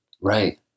right